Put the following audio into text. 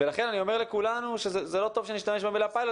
לכן אני אומר לכולנו שזה לא טוב שנשתמש במילה פיילוט